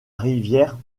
rivière